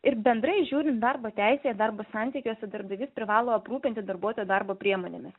ir bendrai žiūrint darbo teisę darbo santykiuose darbdavys privalo aprūpinti darbuotoją darbo priemonėmis